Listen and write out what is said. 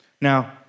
Now